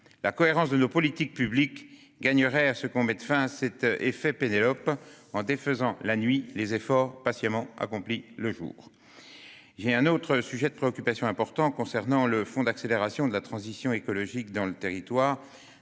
La cohérence de nos politiques publiques gagnerait à ce qu'on mette fin à cet « effet Pénélope », qui consiste à défaire la nuit les efforts patiemment accomplis le jour. J'ai un autre sujet de préoccupation important, concernant le fonds d'accélération de la transition écologique dans les territoires,